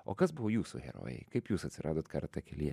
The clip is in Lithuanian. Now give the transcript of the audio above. o kas buvo jūsų herojai kaip jūs atsiradot karatė kelyje